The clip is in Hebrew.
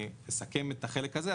כשאסכם את החלק הזה,